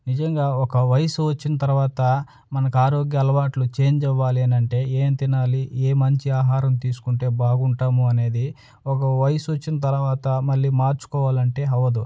నిజంగా ఒక వయసు వచ్చిన తర్వాత మనకు ఆరోగ్య అలవాట్లు చేంజ్ అవ్వాలి అనంటే ఏం తినాలి ఏ మంచి ఆహారం తీసుకుంటే బాగుంటాము అనేది ఒక వయసొచ్చిన తర్వాత మళ్ళీ మార్చుకోవాలంటే అవ్వదు